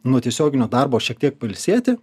nuo tiesioginio darbo šiek tiek pailsėti